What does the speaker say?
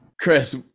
Chris